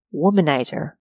womanizer